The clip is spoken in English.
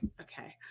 okay